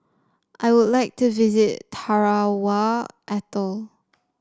I would like to visit Tarawa Atoll